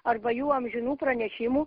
arba jų amžinų pranešimų